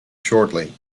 shortly